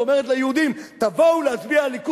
ואומרת ליהודים: תבואו להצביע ליכוד,